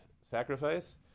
sacrifice